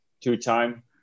two-time